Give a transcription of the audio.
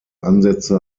ansätze